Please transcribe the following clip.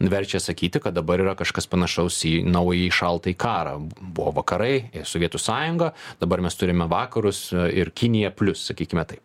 verčia sakyti kad dabar yra kažkas panašaus į naująjį šaltąjį karą buvo vakarai sovietų sąjunga dabar mes turime vakarus ir kiniją plius sakykim tai